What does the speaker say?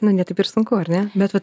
nu ne taip ir sunku ar ne bet vat